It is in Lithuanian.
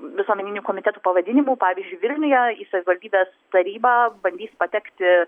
visuomeninių komitetų pavadinimų pavyzdžiui vilniuje į savivaldybės tarybą bandys patekti